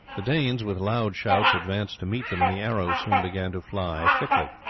the danes with loud shouts advanced to meet them, and the arrows soon began to fly thickly.